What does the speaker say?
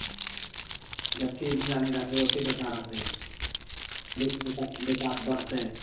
ओ जतेक निगरानी राखबै ओतेक बढ़िआँ रहतै बिकास बढ़तै